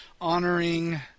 Honoring